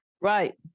right